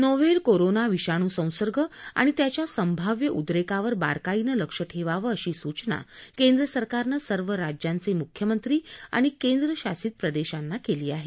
novel corona विषाणू संसर्ग आणि त्याच्या संभाव्य उद्रेकावर बारकाईनं लक्षं ठेवावं अशी सूचना केंद्र सरकारनं सर्व राज्यांचे मुख्यमंत्री आणि केंद्रशासित प्रदेशांना केली आहे